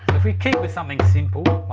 if we keep with something simple